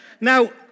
Now